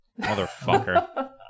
Motherfucker